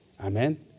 Amen